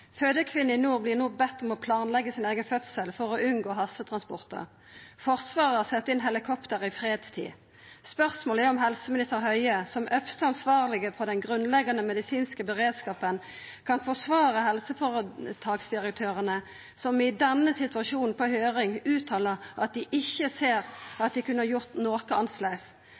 Fødekvinner i nord vert no bedne om å planleggja sin eigen fødsel for å unngå hastetransport. Forsvaret har sett inn helikopter i fredstid. Spørsmålet er om helseminister Høie, som øvste ansvarlege for den grunnleggjande medisinske beredskapen, kan forsvara helseføretaksdirektørane som i denne situasjonen på høyring uttaler at dei ikkje ser at dei kunne ha gjort noko